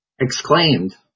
exclaimed